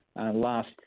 Last